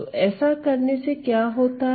तो ऐसा करने से क्या होता है